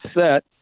set